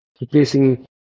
replacing